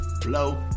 Blow